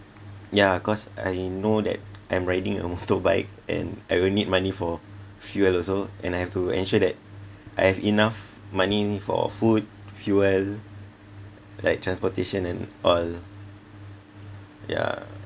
yeah cause I know that I'm riding a motorbike and I will need money for fuel also and I have to ensure that I have enough money for food fuel like transportation and all yeah